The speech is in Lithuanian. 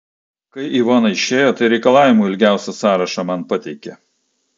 kai ivona išėjo tai reikalavimų ilgiausią sąrašą man pateikė